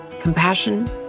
compassion